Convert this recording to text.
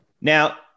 Now –